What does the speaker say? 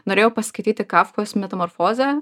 norėjau paskaityti kafkos metamorfozę tai